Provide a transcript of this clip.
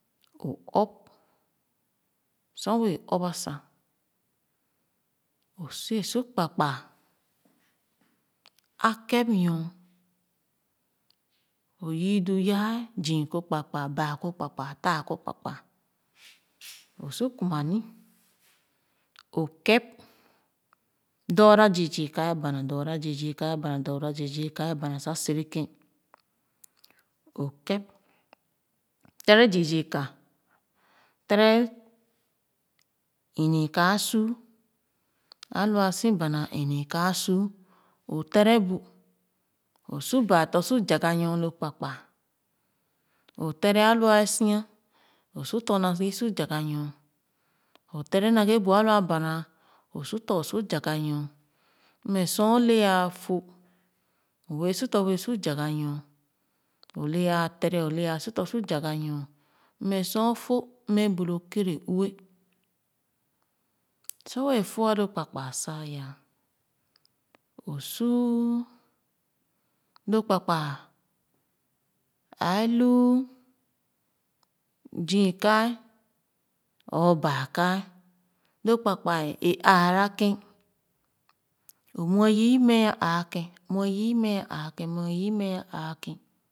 O ɔp sor wɛɛ ɔp ba sa o se su kpakpaa a kép nyor o yii du yaa zii kor kpakpaa baa kor kpakpaa taa kor kpakpaa o su kumani o kèp dura zii kor kpakpaa o su kumani o kèp dura zii ka ye bana dura zii ka ye bana dura zii ka ye bana sa sere kèn o kép tere zii ka tere inii ka a su alua si bana inii ka asuu o fere bu isuna bàa tɔ̄a su zagha nyor lo kpakpaa o tere a aluasia o su tɔ̄ naghe so zagha nyor o tere ma-ghe bu alua bana o su tɔ o su zagha nyor mmɛ sor one afo o wɛɛ su tɔ̄ o su zafha nyor ole a tere o wɛɛ su tɔ̄ wɛɛ su zagha nyor mmɛ sor ofo mmɛ bu lo keere lua sor wɛɛ fo lo kpaa-kpa sa ya o suu lo kpakpa ɛɛ lu zii kae or baa kae lo kpakpa ē wara kèn o muɛ ye i mɛ a aakèn o mɛ ye imɛ aakèn muɛ ye imɛ a aakèn.